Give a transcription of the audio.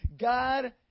God